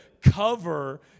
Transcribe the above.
cover